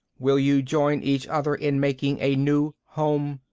will you join each other in making a new home?